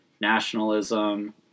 nationalism